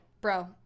bro